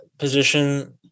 position